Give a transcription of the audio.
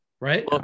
Right